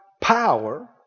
power